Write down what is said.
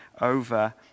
over